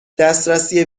دسترسی